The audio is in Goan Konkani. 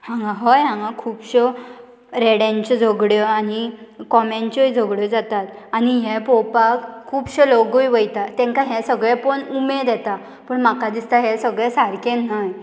हांगा हय हांगा खुबश्यो रेड्यांच्यो झगड्यो आनी कोम्यांच्यो झगड्यो जातात आनी हें पळोवपाक खुबश्यो लोगूय वयतात तांकां हे सगळें पळोवन उमेद येता पूण म्हाका दिसता हें सगळें सारकें न्हय